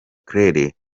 claire